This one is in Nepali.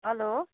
हेलो